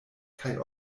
kaj